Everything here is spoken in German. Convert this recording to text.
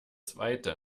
zweite